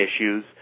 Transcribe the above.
issues